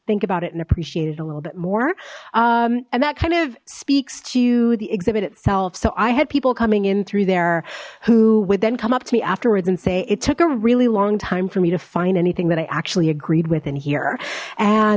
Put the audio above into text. think about it and appreciate it a little bit more and that kind of speaks to the exhibit itself so i had people coming in through there who would then come up to me afterwards and say it took a really long time for me to find anything that i actually agreed with in here and